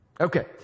Okay